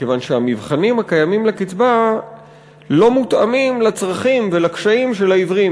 מכיוון שהמבחנים הקיימים לקצבה לא מותאמים לצרכים ולקשיים של העיוורים,